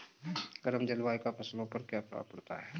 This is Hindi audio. गर्म जलवायु का फसलों पर क्या प्रभाव पड़ता है?